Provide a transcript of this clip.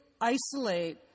isolate